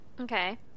Okay